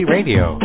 Radio